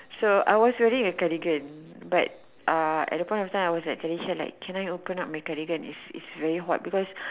so I was wearing a cardigan but uh at that point of time I was like telling Char like can I open up my cardigan it's it's very hot because